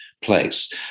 Place